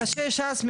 אנשי ש"ס,